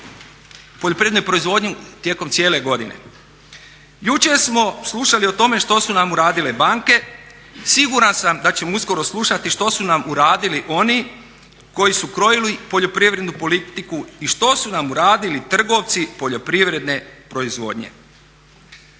poljoprivrednu proizvodnju tijekom cijele godine. Jučer smo slušali o tome što su nam uradile banke. Siguran sam da ćemo uskoro slušati što su nam uradili oni koji su krojili poljoprivrednu politiku i što su nam uradili trgovci poljoprivredne proizvodnje.